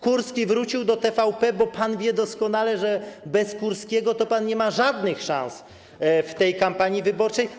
Kurski wrócił do TVP, bo pan wie doskonale, że bez Kurskiego nie ma pan żadnych szans w tej kampanii wyborczej.